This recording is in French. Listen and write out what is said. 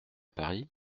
paris